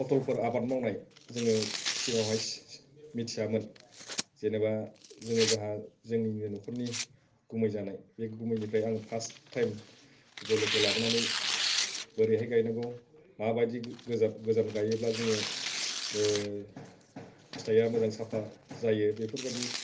फथलफोर आबाद मावनाय जोङो सिगाङावहाय मिथियामोन जेनोबा जोङो जाहा जोंनिनो न'खरनि गुमै जानाय बे गुमैनिफ्राय आङो फार्स्ट टाइम जोलैखौ लाबोनानै बोरैहाय गायनांगौ माबादि गोजान गोजान गायोब्ला जोङो फिथाइया मोजां साफा जायो बेफोरबादिनि